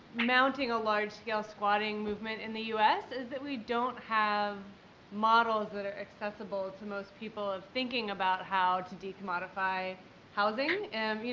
mounting a large-scale squatting movement in the us is that we don't have models that are accessible to most people, of thinking about how to decommodify housing. you